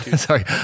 Sorry